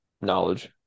knowledge